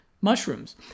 mushrooms